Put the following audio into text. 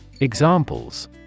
Examples